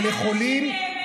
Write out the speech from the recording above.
100 אנשים נפטרו בשבוע,